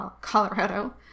Colorado